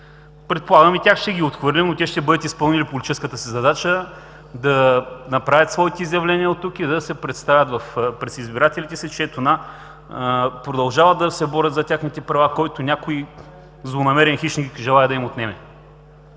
Предполагам и тях ще отхвърлим, но ще са изпълнили политическата си задача да направят своите изявления от тук и да се представят пред избирателите си, че ето на, продължават да се борят за техните права, които някой злонамерен хищник желае да им отнеме.